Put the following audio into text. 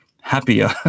happier